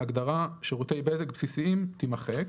ההגדרה "שירותי בזק בסיסיים" תימחק."